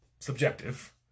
Subjective